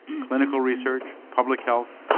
clinical research, public health,